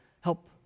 help